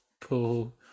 pull